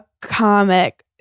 comic